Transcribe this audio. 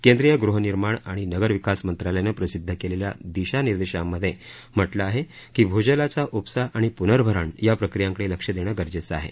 केंद्रीय गृहनिर्माण आणि नगरविकास मंत्रालयानं प्रसिद्ध केलेल्या दिशानिर्देशामधे म्हटलं आहे की भूजलाचा ऊपसा आणि प्नर्भरण या प्रक्रियांकडे लक्ष देणं गरजेचं आहे